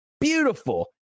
Beautiful